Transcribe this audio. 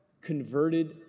converted